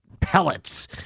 pellets